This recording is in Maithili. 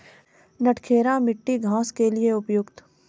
नटखेरा मिट्टी घास के लिए उपयुक्त?